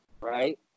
right